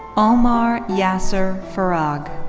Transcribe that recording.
omar yasser farag.